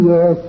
Yes